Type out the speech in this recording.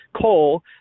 coal